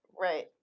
Right